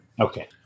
okay